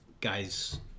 guys